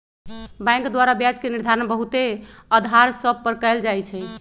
bank द्वारा ब्याज के निर्धारण बहुते अधार सभ पर कएल जाइ छइ